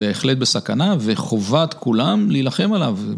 זה בהחלט בסכנה וחובת כולם להילחם עליו